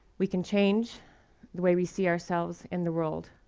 we can change the way we see ourselves in the world.